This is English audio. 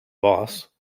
boss